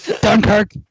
dunkirk